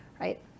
right